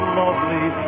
lovely